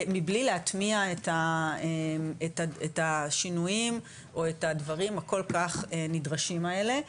מבלי להטמיע את השינויים או את הדברים הכל כך נדרשים האלה.